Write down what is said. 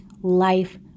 life